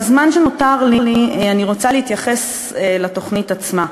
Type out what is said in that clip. בזמן שנותר לי אני רוצה להתייחס לתוכנית עצמה.